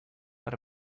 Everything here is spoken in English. let